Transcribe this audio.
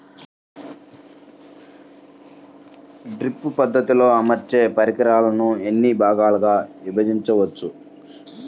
Drip పద్ధతిలో అమర్చే పరికరాలను ఎన్ని భాగాలుగా విభజించవచ్చు?